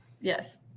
Yes